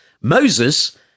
Moses